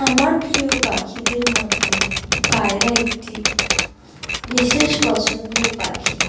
আমার প্রিয় পাখিদের মধ্যে পায়রা একটি বিশেষ পছন্দের পাখি